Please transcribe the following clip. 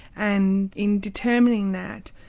and in determining that,